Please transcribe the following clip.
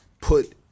put